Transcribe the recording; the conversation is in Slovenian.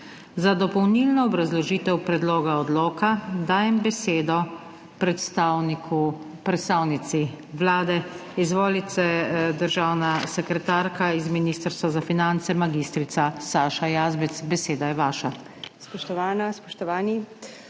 Za dopolnilno obrazložitev predloga odloka dajem besedo predstavniku, predstavnici Vlade. Izvolite, državna sekretarka iz Ministrstva za finance, mag. Saša Jazbec, beseda je vaša.